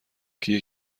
کیه